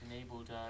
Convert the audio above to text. enabled